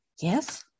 Yes